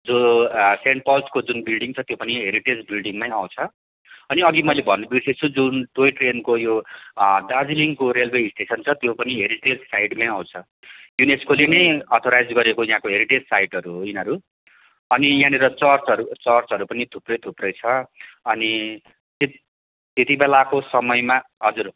जो सेन्ट पल्सको जुन बिल्डिङ छ त्यो पनि हेरिटेज बिल्डिङमै आउँछ अनि अघि मैले भन्न बिर्सेँछु जुन टोय ट्रेनको यो दार्जिलिङको रेल्वे स्टेसन छ त्यो पनि हेरिटेज साइटमै आउँछ युनेस्कोले नै अथर्राइज गरेको यहाँको हेरिटेज साइटहरू हो यिनीहरू अनि यहाँनिर चर्चहरू चर्चहरू पनि थुप्रै थुप्रै छ अनि त्यत त्यति बेलाको समयमा हजुर